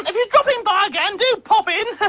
um if you're dropping by again do pop in,